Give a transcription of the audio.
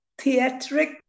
theatric